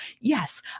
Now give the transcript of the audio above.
yes